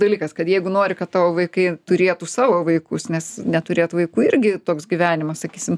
dalykas kad jeigu nori kad tavo vaikai turėtų savo vaikus nes neturėt vaikų irgi toks gyvenimo sakysim